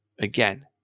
Again